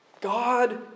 God